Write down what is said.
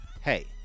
hey